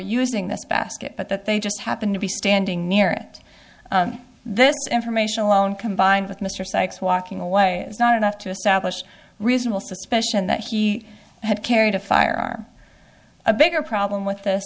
using this basket but that they just happened to be standing near it this information alone combined with mr sikes walking away is not enough to establish reasonable suspicion that he had carried a firearm a bigger problem with